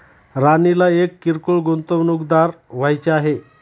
राणीला एक किरकोळ गुंतवणूकदार व्हायचे आहे